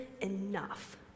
enough